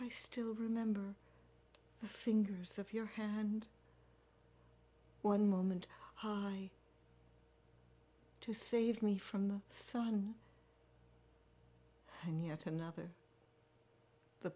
i still remember the fingers of your hand one moment high to save me from the sun in yet another the